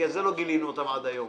זה לא גילינו אותם עד היום